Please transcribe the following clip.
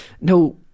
No